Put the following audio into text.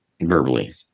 verbally